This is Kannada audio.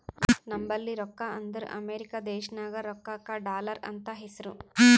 ನಂಬಲ್ಲಿ ರೊಕ್ಕಾ ಅಂದುರ್ ಅಮೆರಿಕಾ ದೇಶನಾಗ್ ರೊಕ್ಕಾಗ ಡಾಲರ್ ಅಂತ್ ಹೆಸ್ರು